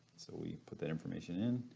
so we put that information in,